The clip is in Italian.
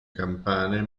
campane